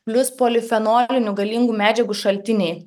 plius polifenolinių galingų medžiagų šaltiniai